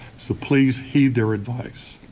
so please heed their advice.